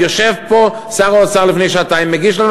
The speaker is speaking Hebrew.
יושב פה שר האוצר לפני שעתיים,